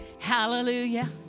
Hallelujah